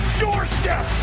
doorstep